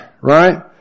right